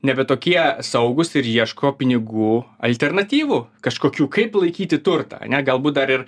nebe tokie saugūs ir ieško pinigų alternatyvų kažkokių kaip laikyti turtą ane galbūt dar ir